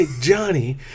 Johnny